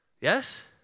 Yes